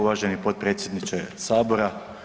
Uvaženi potpredsjedniče Sabora.